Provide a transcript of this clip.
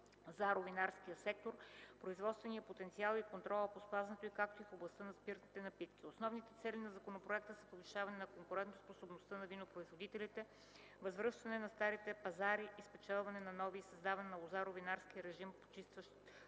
лозаро-винарския сектор, производственият потенциал и контролът по спазването й, както и в областта на спиртните напитки. Основните цели на законопроекта са повишаване на конкурентоспособността на винопроизводителите, възвръщане на старите пазари и спечелване на нови и създаване на лозаро-винарски режим, почиващ